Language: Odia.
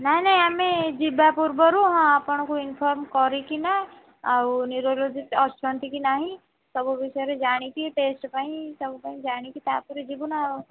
ନାହିଁ ଆମେ ଯିବା ପୂର୍ବରୁ ହଁ ଆପଣଙ୍କୁ ଇନଫର୍ମ୍ କରିକିନା ଆଉ ନ୍ୟୁରୋଲୋଜି ଅଛନ୍ତି କି ନାହିଁ ସବୁ ବିଷୟରେ ଜାଣିକି ଟେଷ୍ଟ୍ ପାଇଁ ସବୁ ପାଇଁ ଜାଣିକି ତା'ପରେ ଯିବୁନା